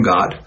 God